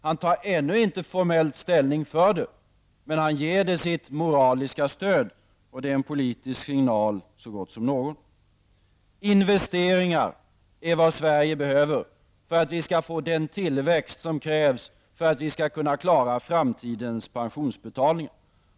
Han tar ännu inte formellt ställning för det, men han ger det sitt moraliska stöd. Och det är en politisk signal så god som någon. Investeringar är vad Sverige behöver för att vi skall få den tillväxt som krävs för att vi skall kunna klara framtidens pensionsbetalningar.